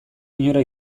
inora